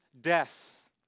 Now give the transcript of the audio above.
death